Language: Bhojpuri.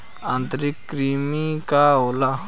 आंतरिक कृमि का होला?